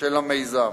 של המיזם,